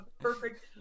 perfect